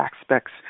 aspects